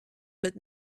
but